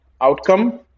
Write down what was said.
outcome